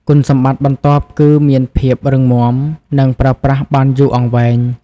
គុណសម្បត្តិបន្ទាប់គឺមានភាពរឹងមាំ និងប្រើប្រាស់បានយូរអង្វែង។